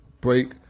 break